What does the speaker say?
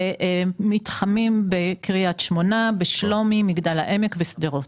למתחמים בקרית שמונה, בשלומי, מגדל העמק ושדרות.